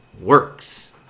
works